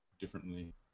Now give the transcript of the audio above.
differently